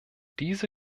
diese